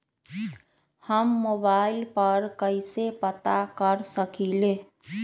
हम मोबाइल पर कईसे पता कर सकींले?